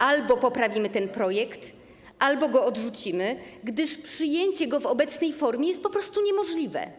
Albo poprawimy ten projekt, albo go odrzucimy, gdyż przyjęcie go w obecnej formie jest po prostu niemożliwe.